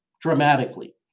dramatically